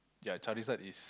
ya Charizard is